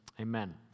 Amen